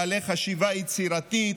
בעלי חשיבה יצירתית,